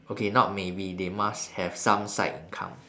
okay not maybe they must have some side income